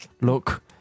Look